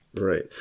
Right